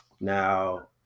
now